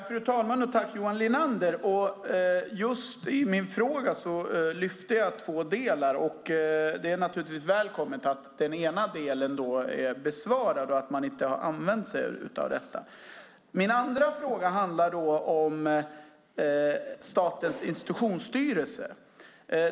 Fru talman! Jag tackar Johan Linander. I min fråga lyfte jag fram två delar. Det är naturligtvis välkommet att den ena delen är besvarad och att man inte ska använda sig av hårprov. Min andra fråga handlar om Statens institutionsstyrelse.